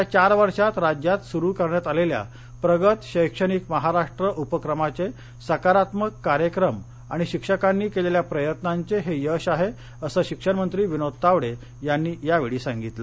गेल्या चार वर्षात राज्यात सुरु करण्यात आलेल्या प्रगत शैक्षणिक महाराष्ट्र उपक्रमाये सकारात्मक कार्यक्रम आणि शिक्षकांनी केलेल्या प्रयत्नांचं हे यश आहे असं शिक्षणमंत्री विनोद तावडे यांनी यावेळी सांगितलं